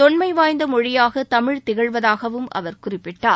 தொன்மை வாய்ந்த மொழியாக தமிழ் திகழ்வதாகவும் அவர் குறிப்பிட்டார்